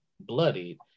bloodied